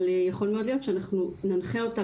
אבל יכול מאוד להיות שאנחנו ננחה אותה